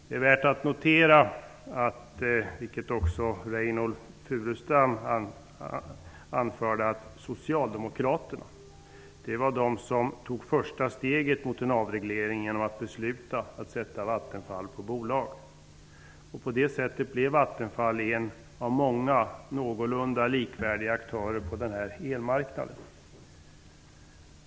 Det är värt att notera -- vilket Reynoldh Furustrand också anförde -- att det var Socialdemokraterna som tog första steget mot en avreglering, genom att besluta att sätta Vattenfall på bolag. Vattenfall blev på det sättet en av många, någorlunda likvärdiga, aktörer på elmarknaden.